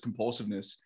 compulsiveness